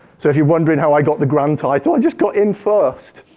so if you're wondering how i got the ground title, i just got in first.